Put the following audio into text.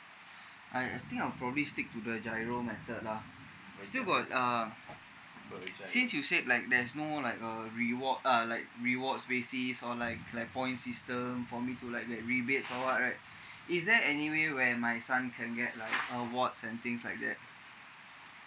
I I think I'll probably stick the giro method lah still got uh since you said like there's no like a reward uh like rewards basis or like like points system for me to like like rebates award right is there anyway where my son can get like awards and things like that